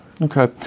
Okay